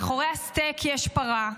מאחורי הסטייק יש פרה,